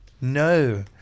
No